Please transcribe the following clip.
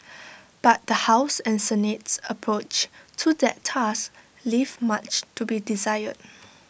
but the house and Senate's approach to that task leave much to be desired